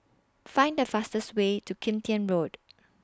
Find The fastest Way to Kim Tian Road